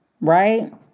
right